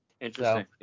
Interesting